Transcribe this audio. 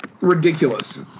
ridiculous